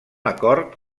acord